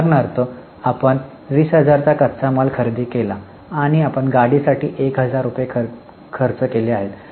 उदाहरणार्थ आपण 20000 चा कच्चा माल खरेदी केला आपण गाडीसाठी 1000 खर्च केले आहेत